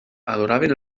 adoraven